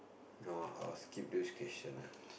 no I will skip this question ah